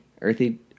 earthy